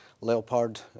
Leopard